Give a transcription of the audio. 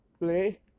play